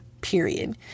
period